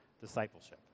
discipleship